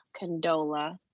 Condola